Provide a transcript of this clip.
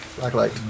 Blacklight